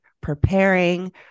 preparing